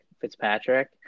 Fitzpatrick